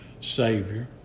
Savior